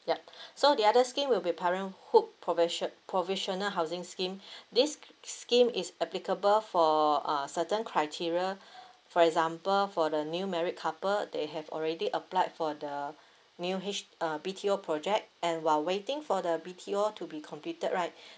yup so the other scheme will be parenthood provisio~ provisional housing scheme this scheme is applicable for a certain criteria for example for the new married couple they have already applied for the new H~ uh B_T_O project and while waiting for the B_T_O to be completed right